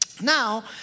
now